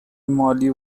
مالی